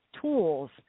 tools